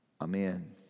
amen